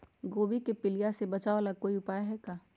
गोभी के पीलिया से बचाव ला कोई उपाय है का?